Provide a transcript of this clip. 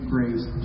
Grace